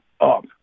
up